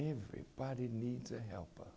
everybody needs a help